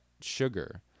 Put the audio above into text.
sugar